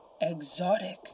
exotic